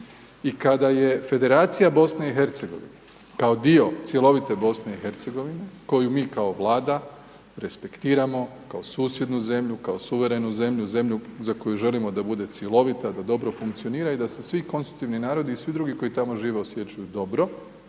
i kada je Federacija BiH-a kao dio cjelovite BiH-a koju mi kao Vlada respektiramo, kao susjednu zemlju, kao suverenu zemlju, zemlju za koju želimo da bude cjelovita, da dobro funkcionira i da se svi konstitutivni narodi i svi drugi koji tamo žive osjećaju dobro